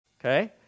Okay